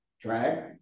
drag